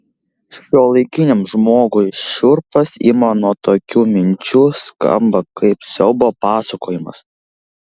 šiuolaikiniam žmogui šiurpas ima nuo tokių minčių skamba kaip siaubo pasakojimas